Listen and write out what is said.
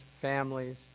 families